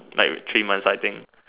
like with three months I think